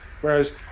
Whereas